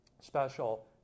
special